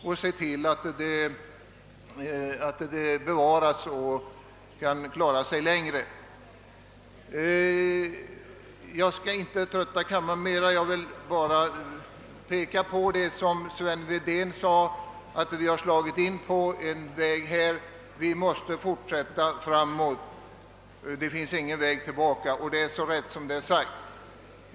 Jag begärde närmast ordet för att understryka vad herr Wedén sade, att vi har slagit in på en väg och måste fortsätta framåt — det finns ingen väg tillbaka. Det är så sant som det är sagt.